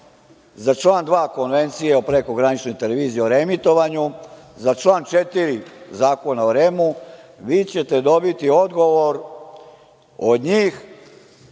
za član 2. Konvencije o prekograničnoj televiziji o reemitovanju, za član 4. Zakona o REM-u, vi ćete dobiti odgovor od njih,